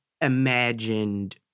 Imagined